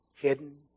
hidden